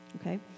Okay